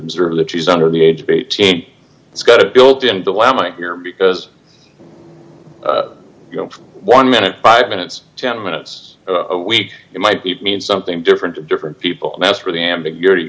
observe that she's under the age of eighteen it's got a built in the whammy here because you know one minute five minutes ten minutes a week it might be mean something different to different people ask for the ambiguity